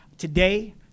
Today